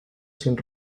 sin